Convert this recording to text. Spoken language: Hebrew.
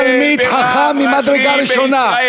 הוא תלמיד חכם ממדרגה ראשונה.